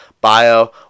bio